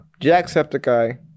Jacksepticeye